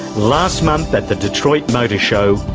last month at the detroit motor show,